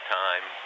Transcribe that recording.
time